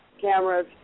cameras